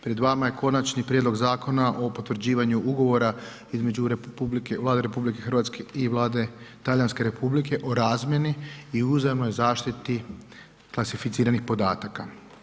Pred vama je Konačni prijedlog Zakona o potvrđivanju Ugovora između Vlade RH i Vlade Talijanske Republike o razmjeni i uzajamnoj zaštiti klasificiranih podataka.